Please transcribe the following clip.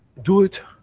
do it